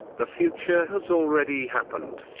the future has already happened.